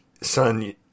son